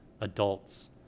adults